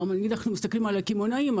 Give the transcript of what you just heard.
אם אנחנו מסתכלים על קמעונאים,